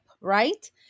right